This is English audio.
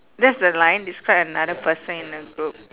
that's the line describe another person in a group